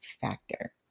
factor